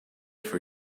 for